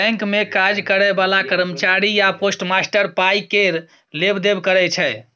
bank मे काज करय बला कर्मचारी या पोस्टमास्टर पाइ केर लेब देब करय छै